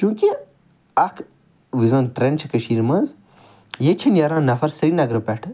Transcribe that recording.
چونٛکہ اَکھ یۄس زَن ٹرٛیٚنٛڈ چھ کٔشیٖر مَنٛز ییٚتہ چھِ نیران نَفَر سریٖنَگر پٮ۪ٹھ